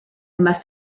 must